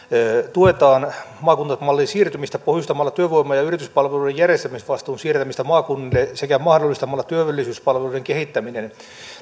tuetaan maakuntamalliin siirtymistä pohjustamalla työvoima ja yrityspalveluiden järjestämisvastuun siirtämistä maakunnille sekä mahdollistamalla työllisyyspalveluiden kehittäminen